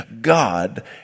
God